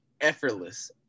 effortless